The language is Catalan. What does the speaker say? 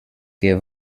que